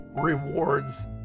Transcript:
rewards